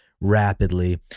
rapidly